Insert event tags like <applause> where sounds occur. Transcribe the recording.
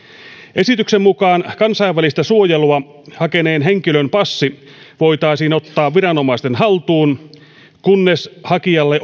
esityksen mukaan kansainvälistä suojelua hakeneen henkilön passi voitaisiin ottaa viranomaisten haltuun kunnes hakijalle <unintelligible>